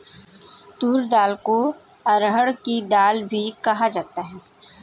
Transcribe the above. तूर दाल को अरहड़ की दाल भी कहा जाता है